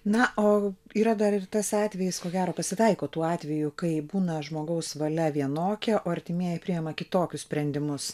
na o yra dar ir tas atvejis ko gero pasitaiko tų atvejų kai būna žmogaus valia vienokia o artimieji priema kitokius sprendimus